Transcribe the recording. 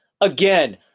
Again